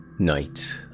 Night